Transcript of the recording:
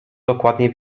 dokładnie